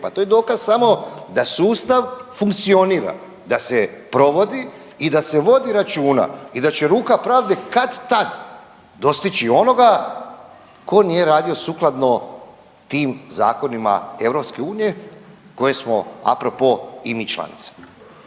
pa to je dokaz samo da sustav funkcionira, da se provodi i da se vodi računa i da će ruka pravde kad-tad dostići onoga tko nije radio sukladno tim zakonima EU koje smo apropo i mi članica.